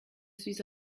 suis